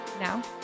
Now